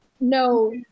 no